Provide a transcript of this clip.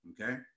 okay